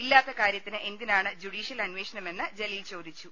ഇല്ലാത്ത കാര്യത്തിന് എന്തിനാണ് ജുഡീഷ്യൽ അന്വേഷണമെന്ന് ജലീൽ ചോദിച്ചു